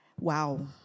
wow